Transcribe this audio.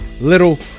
Little